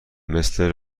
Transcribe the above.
مثل